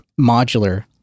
modular